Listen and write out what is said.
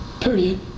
period